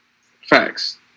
facts